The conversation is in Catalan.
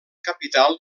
capital